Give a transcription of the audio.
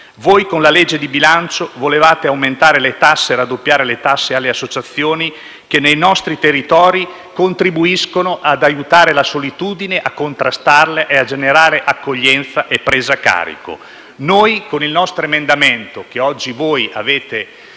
Voi, con la legge di bilancio, volevate raddoppiare le tasse alle associazioni che nei nostri territori contribuiscono ad alleviare la solitudine, a contrastarla e a generare accoglienza e presa in carico. Noi, con il nostro emendamento, che oggi avete